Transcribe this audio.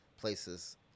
places